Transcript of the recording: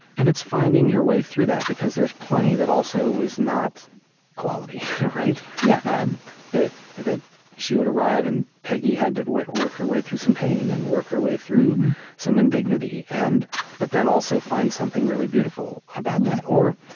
and it's finding your way through that, because there's plenty that also was not quality yeah um that that she would arrive, and peggy had to work her way through some pain and work her way through some indignity, and but then, also, find something really beautiful about that. or,